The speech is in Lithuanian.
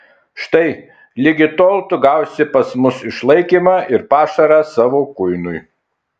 štai ligi tol tu gausi pas mus išlaikymą ir pašarą savo kuinui